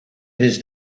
his